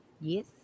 yes